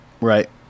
Right